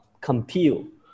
compute